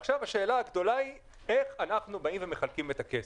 עכשיו השאלה הגדולה היא איך אנחנו באים ומחלקים את הכסף.